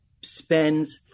spends